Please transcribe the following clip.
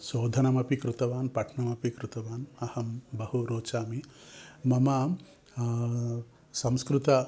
शोधनमपि कृतवान् पठनमपि कृतवान् अहं बहु रोचामि मम संस्कृत